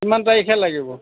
কিমান তাৰিখে লাগিব